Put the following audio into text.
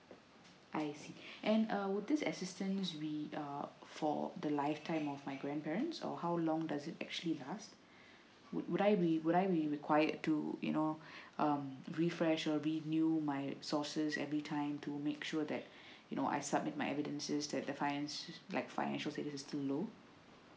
I see and uh would this assistance we uh for the lifetime of my grandparents or how long does it actually last would would I be would I be required to you know um refresh or renew my sources every time to make sure that you know I submit my evidences that the finance like financial if is too low